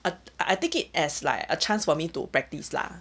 but I take it as like a chance for me to practice lah